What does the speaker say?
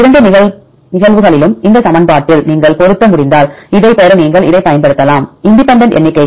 இரண்டு நிகழ்வுகளிலும் இந்த சமன்பாட்டில் நீங்கள் பொருத்த முடிந்தால் இதைப் பெற நீங்கள் இதைப் பயன்படுத்தலாம் இண்டிபெண்டன்ட் எண்ணிக்கைகள்